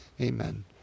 Amen